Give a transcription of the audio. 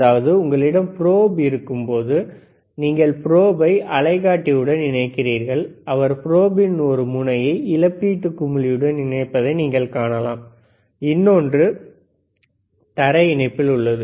அதாவது உங்களிடம் ப்ரோப் இருக்கும்போது நீங்கள் ப்ரோபை அலைக்காட்டி உடன் இணைக்கிறீர்கள் அவர் ப்ரோபின் ஒரு முனையை இழப்பீட்டு குமிழியுடன் இணைப்பதை நீங்கள் காணலாம் இன்னொன்று தரை இணைப்பில் உள்ளது